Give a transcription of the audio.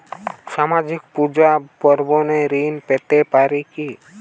সামাজিক পূজা পার্বণে ঋণ পেতে পারে কি?